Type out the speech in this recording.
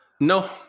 No